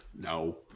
no